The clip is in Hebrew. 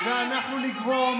אתם השתגעתם?